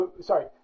sorry